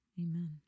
Amen